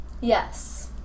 Yes